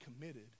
committed